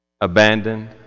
abandoned